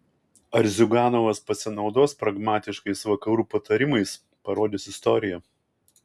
ar ziuganovas pasinaudos pragmatiškais vakarų patarimais parodys istorija